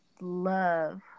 love